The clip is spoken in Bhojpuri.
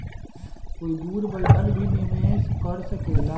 कोई दूर बैठल भी निवेश कर सकेला